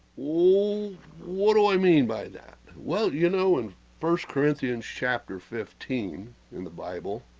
whoa what do i mean by that, well you know in first corinthians chapter fifteen in the bible